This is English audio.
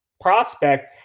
prospect